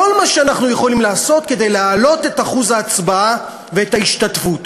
כל מה שאנחנו יכולים לעשות כדי להעלות את אחוז ההצבעה ואת ההשתתפות.